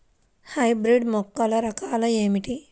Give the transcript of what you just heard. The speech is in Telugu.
హైబ్రిడ్ మొక్కల రకాలు ఏమిటీ?